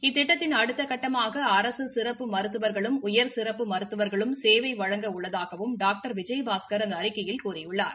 இத்திட்டத்தின் அடுத்தகட்டமாக அரசு சிறப்பு மருத்துவர்களும் உயர் சிறப்பு மருத்துவர்களும் சேவை வழங்க உள்ளதாகவும் டாக்டர் விஜயபாஸ்கர் அந்த அறிக்கையில் கூறியுள்ளார்